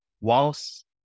Whilst